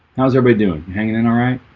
how's everybody doing hanging in alright